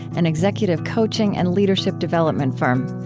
an executive coaching and leadership development firm.